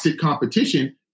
competition